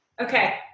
Okay